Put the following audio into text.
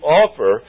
offer